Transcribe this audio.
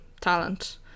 talent